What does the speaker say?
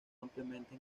ampliamente